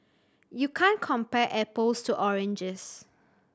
you can't compare apples to oranges